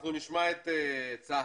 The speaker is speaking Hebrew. אנחנו נשמע את צה"ל.